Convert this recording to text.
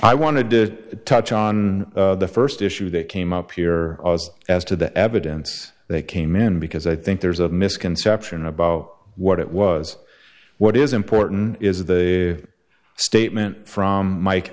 i wanted to touch on the first issue that came up here as to the evidence that came in because i think there's a misconception about what it was what is important is the statement from mike